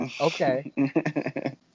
okay